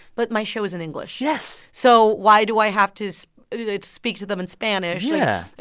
but my show was in english yes so why do i have to speak to them in spanish? yeah